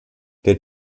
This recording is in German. der